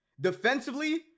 Defensively